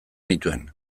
nituen